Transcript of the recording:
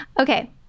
Okay